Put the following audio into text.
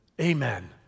amen